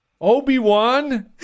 Obi-Wan